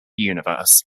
universe